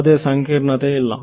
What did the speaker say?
ಯಾವುದೇ ಸಂಕೀರ್ಣತೆ ಇಲ್ಲ